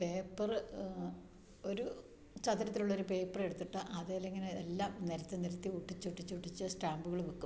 paper ഒരു ചതുരത്തിൽ ഉള്ളൊരു പേപ്പറെട്ത്തിട്ട് അതേൽ ഇങ്ങനെ എല്ലാം നിരത്തി നിരത്തി ഒട്ടിച്ച് ഒട്ടിച്ച് ഒട്ടിച്ച് സ്റ്റാമ്പ്കൾ വെയ്ക്കും